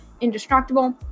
indestructible